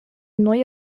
neue